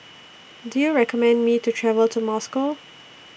Do YOU recommend Me to travel to Moscow